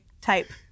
type